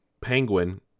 penguin